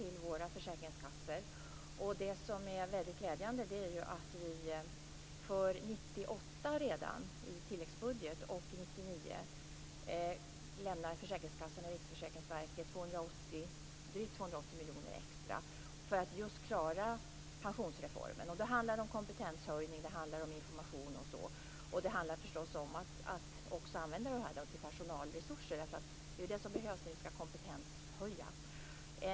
Då handlar det om kompetenshöjning. Det handlar om information och sådant. Det handlar förstås också om att använda det här till personalresurser. Det är ju det som behövs när vi skall höja kompetensen.